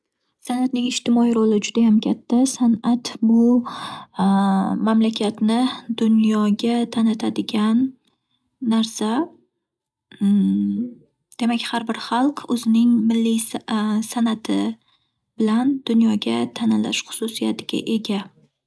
San'atning ijtimoiy roli judayam katta. San'at bu- mamlakatni dunyoga tanitadigan narsa. Demak har bir xalq o'zining milliy sa- san'ati bilan dunyoga tanilish xususiyatiga ega